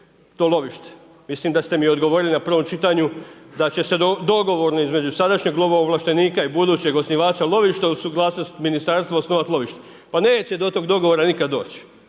to lovište. Mislim da ste mi odgovorili na prvom čitanju da će se dogovorno između sadašnjeg lovovlaštenika i budućeg osnivača lovišta usuglasiti ministarstvo osnovati lovište. Pa neće do tog dogovora nikad doći.